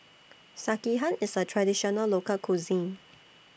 Sekihan IS A Traditional Local Cuisine